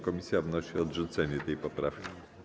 Komisja wnosi o odrzucenie tej poprawki.